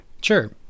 Sure